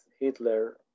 Hitler